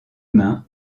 mains